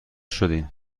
شدین